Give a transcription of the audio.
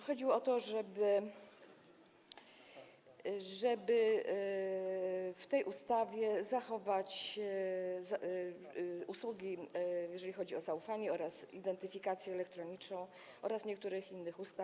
Chodziło o to, żeby w tej ustawie zachować usługi, jeżeli chodzi o zaufanie oraz identyfikację elektroniczną, oraz o niektóre inne ustawy.